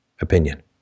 opinion